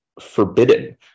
forbidden